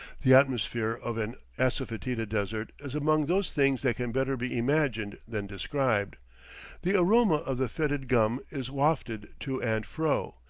the atmosphere of an assafoetida desert is among those things that can better be imagined than described the aroma of the fetid gum is wafted to and fro,